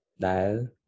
dial